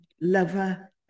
lover